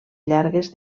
llargues